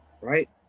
Right